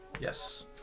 Yes